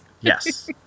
Yes